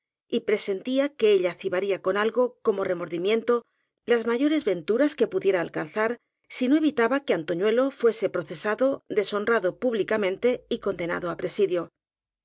y presentía que ella acibaría con algo como remordimiento las mayores venturas que pudiera alcanzar si no evi taba que antoñuelo fuese procesado deshonrado públicamente y condenado á presidio